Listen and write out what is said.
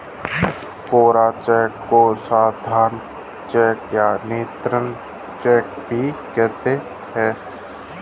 कोरा cheque को सादा cheque तथा निरंक चेक भी कहते हैं